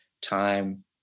Time